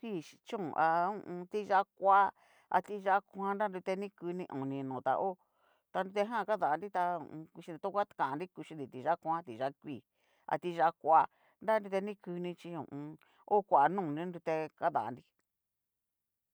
Kui chi chón, aho o on. ti yá'a koa a ti yá'a koan na nrutenikuni oni notá ho ta nrute jan kadanri ta ho o on. kuxinri to ngua kannri ti ya'a koan, ti yá'a kui, ati yaá koa, nra nrutenikuni chí ho o on. o koa no nrute kadanri.